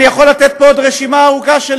ואני יכול לתת פה עוד רשימה ארוכה של